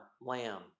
lamb